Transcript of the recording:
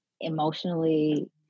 emotionally